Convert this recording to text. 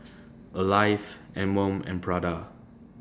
Alive Anmum and Prada